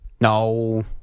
No